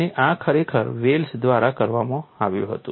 અને આ ખરેખર વેલ્સ દ્વારા કરવામાં આવ્યું હતું